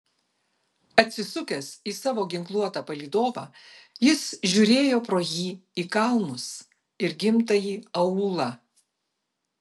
atsisukęs į savo ginkluotą palydovą jis žiūrėjo pro jį į kalnus ir gimtąjį aūlą